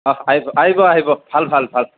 অঁ আহিব আহিব ভাল ভাল ভাল